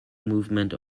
movement